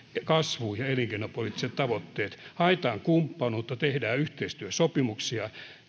kasvu ja elinkeinopoliittiset tavoitteet haetaan kumppanuutta tehdään yhteistyösopimuksia